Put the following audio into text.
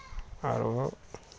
आरो